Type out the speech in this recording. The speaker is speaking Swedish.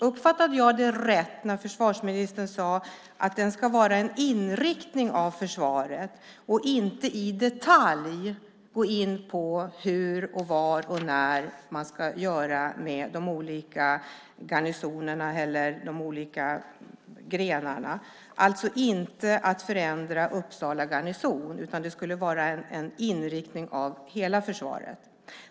Uppfattade jag det rätt när försvarsministern sade att den ska vara en inriktning av försvaret och inte i detalj gå in på hur, var och när angående vad man ska göra med de olika garnisonerna eller grenarna? Det handlar alltså inte om att förändra Uppsala garnison, utan det skulle vara en inriktning av hela försvaret.